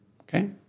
Okay